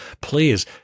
please